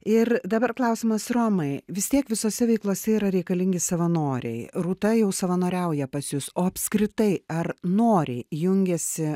ir dabar klausimas romai vis tiek visose veiklose yra reikalingi savanoriai rūta jau savanoriauja pas jus o apskritai ar noriai jungiasi